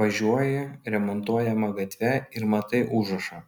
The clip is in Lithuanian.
važiuoji remontuojama gatve ir matai užrašą